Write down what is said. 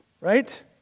Right